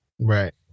right